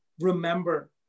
Remember